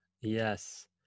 yes